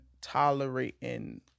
tolerating